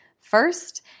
first